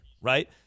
right